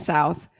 South